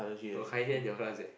got Kai-Lian in your class eh